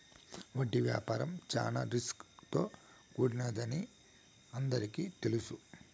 వడ్డీ వ్యాపారం చాలా రిస్క్ తో కూడినదని అందరికీ తెలుసు